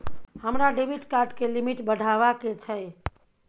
हमरा debit card के limit बढावा के छै